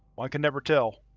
one can never tell.